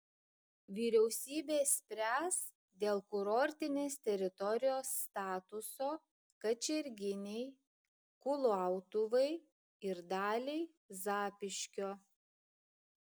vyriausybė spręs dėl kurortinės teritorijos statuso kačerginei kulautuvai ir daliai zapyškio